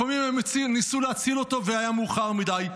לפעמים הם ניסו להציל אותו והיה מאוחר מדי.